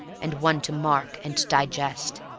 and one to mark and to digest.